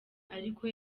ariko